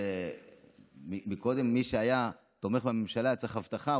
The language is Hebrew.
אם קודם מי שהיה תומך בממשלה צריך אבטחה,